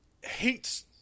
hates